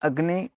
अग्निः